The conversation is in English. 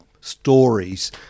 stories